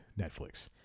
Netflix